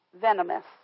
venomous